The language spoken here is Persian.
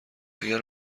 اگر